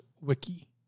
wiki